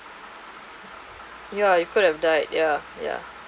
ya you could have died ya ya